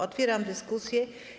Otwieram dyskusję.